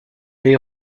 les